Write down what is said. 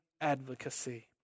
advocacy